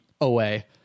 away